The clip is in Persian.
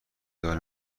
دار